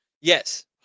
Yes